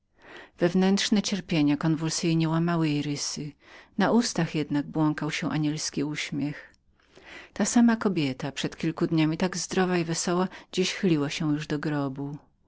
wewnętrzne cierpienia konwulsyjne łamały jej rysy na ustach jednak ulatywał anielski uśmiech ta sama kobieta przed kilką dniami tak zdrowa i wesoła dziś chyliła się już do grobu